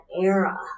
era